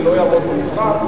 זה לא יעמוד במבחן.